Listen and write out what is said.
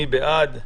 מי בעד?